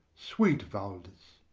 sweet valdes,